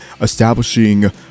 establishing